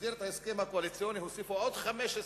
שבמסגרת ההסכם הקואליציוני הוסיפו עוד 15 מיליון,